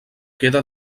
queda